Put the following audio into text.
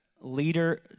leader